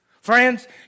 Friends